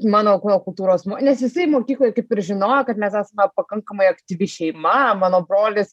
mano kūno kultūros nes jisai mokykloj kaip ir žinojo kad mes esame pakankamai aktyvi šeima mano brolis